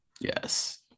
Yes